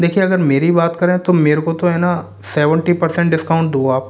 देखिए अगर मेरी बात करें तो मेरे को तो है न सेवेंटी पर्सेंट डिस्काउंट दो आप